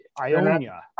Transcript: Ionia